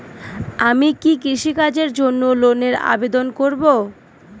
আমি কি কৃষিকাজের জন্য লোনের আবেদন করব?